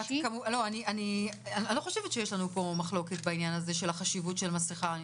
אני לא חושבת שיש לנו פה מחלוקת בעניין הזה של החשיבות של המסכה,